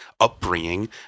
upbringing